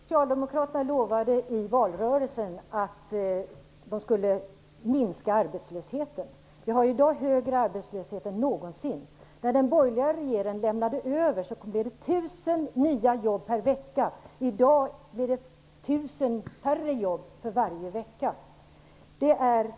Herr talman! Socialdemokraterna lovade i valrörelsen att de skulle minska arbetslösheten. Vi har i dag högre arbetslöshet än någonsin. När den borgerliga regeringen lämnade över blev det 1 000 nya jobb per vecka. I dag blir det 1 000 färre jobb för varje vecka. Det är